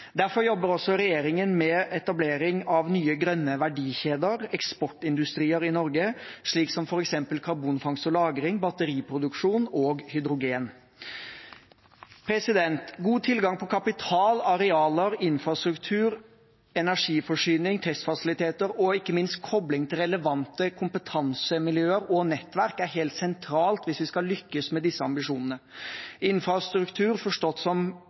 Derfor jobber også regjeringen med etablering av nye, grønne verdikjeder, eksportindustrier i Norge, slik som f.eks. karbonfangst og -lagring, batteriproduksjon og hydrogen. God tilgang på kapital, arealer, infrastruktur, energiforsyning, testfasiliteter og ikke minst kobling til relevante kompetansemiljøer og nettverk er helt sentralt hvis vi skal lykkes med disse ambisjonene. Infrastruktur, forstått som